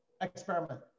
experiment